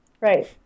Right